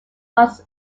once